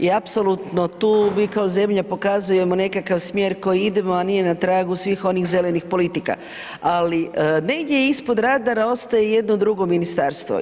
I apsolutno tu mi kao zemlja pokazujemo nekakav smjera kojim idemo a nije na tragu svih onih zelenih politika ali negdje ispod radara ostaje jedno drugo ministarstvo.